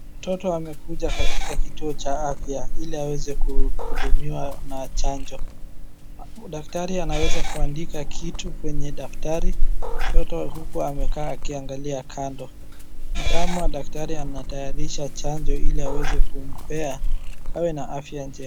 Mtoto amekuja katika kituo cha afya ili aweze kuhudumiwa na chanjo. Daktari anaweza kuandika kitu kwenye daftari, mtoto huku amekaa akiangalia kando. Ni kama daktari anatayarisha chanjo ili aweze kumpea, awe na afya nje....